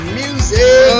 music